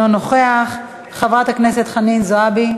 אינו נוכח, חברת הכנסת חנין זועבי,